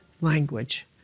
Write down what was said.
language